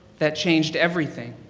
that changed everything.